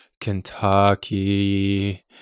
Kentucky